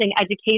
education